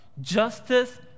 justice